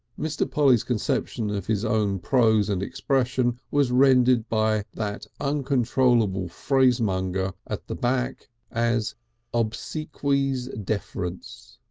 mr. polly's conception of his own pose and expression was rendered by that uncontrollable phrasemonger at the back as obsequies deference.